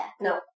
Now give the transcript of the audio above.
No